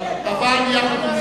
אבל יחד עם זה,